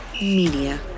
Media